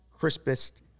crispest